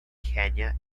kenya